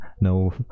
No